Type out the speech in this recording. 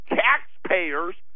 taxpayers